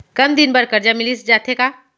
कम दिन बर करजा मिलिस जाथे का?